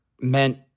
meant